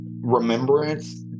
remembrance